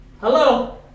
hello